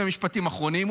שני משפטים אחרונים.